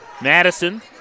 Madison